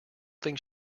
think